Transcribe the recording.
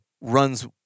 runs